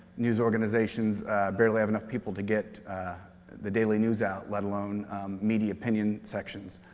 news organizations barely have enough people to get the daily news out, let alone media opinion sections.